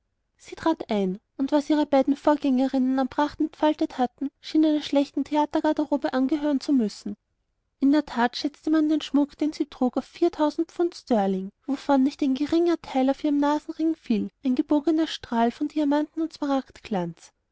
sie trat ein und was ihre beiden vorgängerinnen an pracht entfaltet hatten schien einer schlechten theatergarderobe angehören zu müssen in der tat schätzte man den schmuck den sie trug auf viertausend pfund sterling wovon ein nicht geringer teil auf ihren nasenring fiel ein gebogener strahl von diamanten und